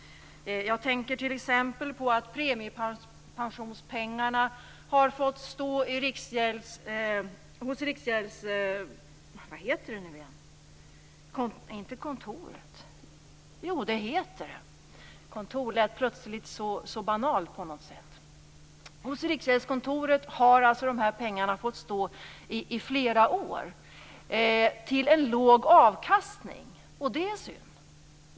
Jag tänker t.ex. på att premiepensionspengarna har fått stå hos Riksgäldskontoret i flera år till en låg avkastning. Det är synd.